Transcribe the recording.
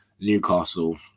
Newcastle